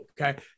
okay